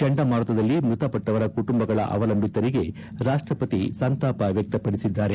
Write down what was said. ಚಂಡಮಾರುತದಲ್ಲಿ ಮೃತಪಟ್ಟವರ ಕುಟುಂಬಗಳ ಅವಲಂಬಿತರಿಗೆ ರಾಷ್ಟಪತಿ ಅವರು ಸಂತಾಪ ವ್ಯಕ್ತಪಡಿಸಿದ್ದಾರೆ